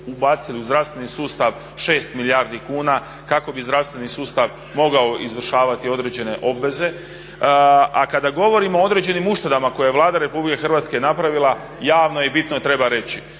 ubacili u zdravstveni sustav 6 milijardi kuna kako bi zdravstveni sustav mogao izvršavati određene obveze. A kada govorimo o određenim uštedama koje je Vlada Republike Hrvatske napravila, javno i bitno treba reći